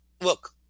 look